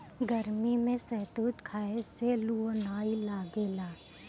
गरमी में शहतूत खाए से लूह नाइ लागेला